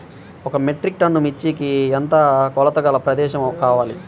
ఒక metric ton మిర్చికి ఎంత కొలతగల ప్రదేశము కావాలీ?